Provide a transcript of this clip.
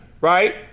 right